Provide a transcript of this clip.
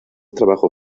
trabajo